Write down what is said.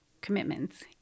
commitments